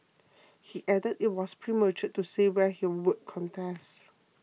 he added it was premature to say where he would contest